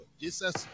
Jesus